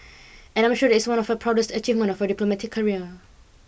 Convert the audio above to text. and I'm sure that is one of your proudest achievements of your diplomatic career